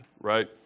right